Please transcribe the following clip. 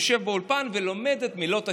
יושב באולפן ולומד את מילות השיר.